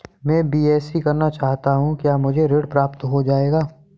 मैं बीएससी करना चाहता हूँ क्या मुझे ऋण प्राप्त हो जाएगा?